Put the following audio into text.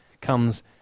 comes